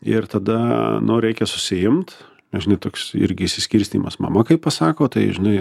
ir tada nu reikia susiimt nežinau toks irgi išsiskirstymas mama kai pasako tai žinai